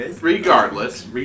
regardless